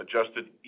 Adjusted